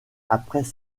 après